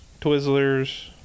Twizzlers